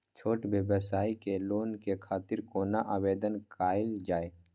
छोट व्यवसाय के लोन के खातिर कोना आवेदन कायल जाय?